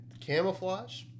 camouflage